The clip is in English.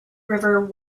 river